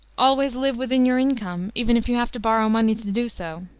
always live within your income, even if you have to borrow money to do so